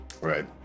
Right